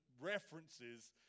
references